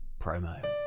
Promo